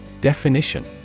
Definition